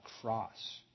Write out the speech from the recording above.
cross